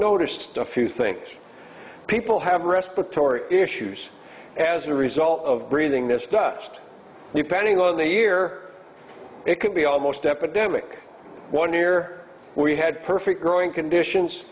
noticed a few things people have respiratory issues as a result of breathing this dust depending on the year it could be almost epidemic one year we had perfect growing conditions